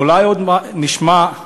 אולי עוד נשמע על